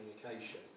communication